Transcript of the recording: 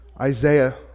Isaiah